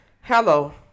Hello